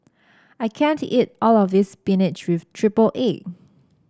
I can't eat all of this spinach with triple egg